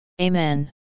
Amen